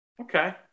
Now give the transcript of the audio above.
Okay